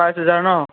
বাইছ হেজাৰ ন'